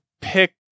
pick